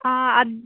ಹಾಂ ಅದು